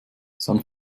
san